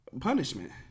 punishment